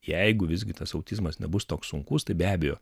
jeigu visgi tas autizmas nebus toks sunkus tai be abejo